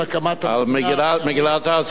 על מגילת העצמאות,